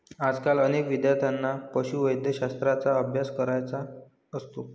आजकाल अनेक विद्यार्थ्यांना पशुवैद्यकशास्त्राचा अभ्यास करायचा असतो